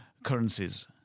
currencies